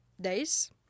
days